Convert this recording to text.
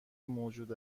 موجود